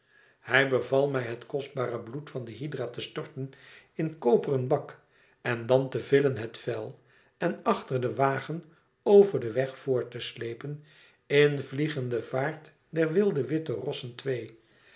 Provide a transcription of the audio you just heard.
hij beval mij het kostbare bloed van de hydra te storten in koperen bak en dan te villen het vel en achter den wagen over den weg voort te sleepen in vliegende vaart der wilde witte rossen twee